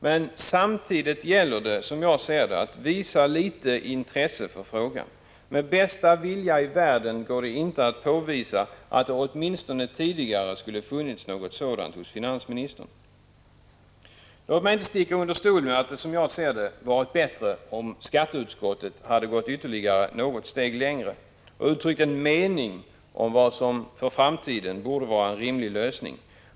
Men samtidigt gäller det, som jag ser det, att visa litet intresse för frågan. Med bästa vilja i världen går det inte att påvisa att det, åtminstone tidigare, skulle ha funnits något sådant intresse hos finansministern. Jag vill inte sticka under stol med att det, som jag ser det, varit bättre om skatteutskottet gått ännu något steg längre och uttryckt en mening om vad som för framtiden borde vara en rimlig lösning.